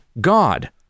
God